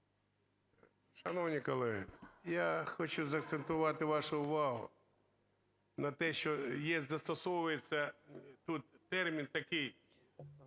Шановні колеги, я хочу закцентувати вашу увагу на те, що застосовується тут термін такий